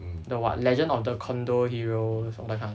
the what legend of the condor hero